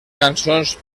cançons